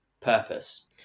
purpose